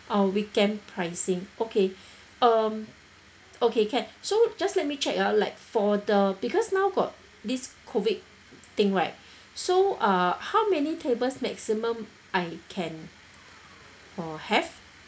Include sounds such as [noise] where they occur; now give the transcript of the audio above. orh weekend pricing okay [breath] um okay can so just let me check ah like for the because now got this COVID thing right so uh how many tables maximum I can uh have